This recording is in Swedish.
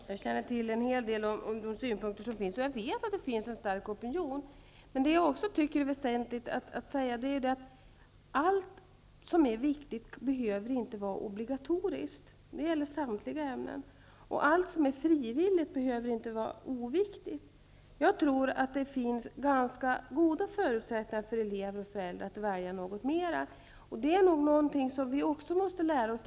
Fru talman! Jag känner till en hel del när det gäller synpunkterna på dessa saker. Jag vet också att det finns en stark opinion. Det är väsentligt att säga att allt som är viktigt inte behöver vara obligatoriskt. Det gäller samtliga ämnen. Och allt som är frivilligt behöver inte vara oviktigt. Jag tror att det finns ganska goda förutsättningar för elever och föräldrar till utökade val. Det är nog något som vi också måste lära oss.